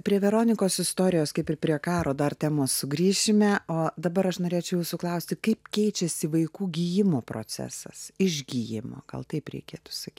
prie veronikos istorijos kaip ir prie karo dar temos sugrįšime o dabar aš norėčiau jūsų klausti kaip keičiasi vaikų gijimo procesas išgijimo gal taip reikėtų sakyt